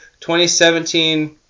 2017